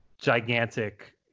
gigantic